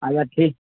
अच्छा ठीक